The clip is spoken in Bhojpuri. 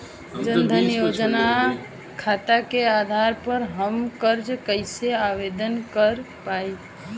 जन धन योजना खाता के आधार पर हम कर्जा कईसे आवेदन कर पाएम?